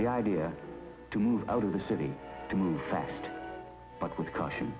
the idea to move out of the city too fast but with caution